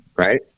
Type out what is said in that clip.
Right